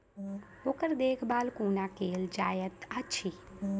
ओकर देखभाल कुना केल जायत अछि?